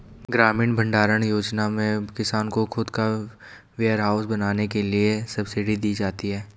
ग्रामीण भण्डारण योजना में किसान को खुद का वेयरहाउस बनाने के लिए सब्सिडी दी जाती है